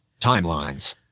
Timelines